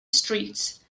streets